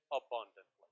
abundantly